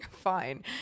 Fine